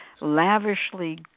lavishly